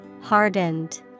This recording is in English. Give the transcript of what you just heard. Hardened